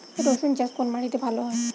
রুসুন চাষ কোন মাটিতে ভালো হয়?